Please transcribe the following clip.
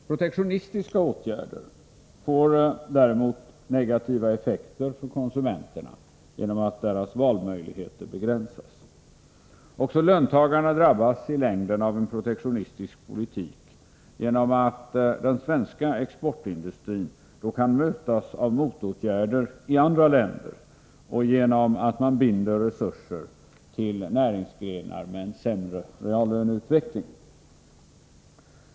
Protektionistiska åtgärder får däremot negativa effekter för konsumenterna genom att deras valmöjligheter begränsas. Också löntagarna drabbas i längden av en protektionistisk politik genom att den svenska exportindustrin kan mötas av motåtgärder i andra länder och genom att man binder resurser till näringsgrenar med sämre reallöneutveckling.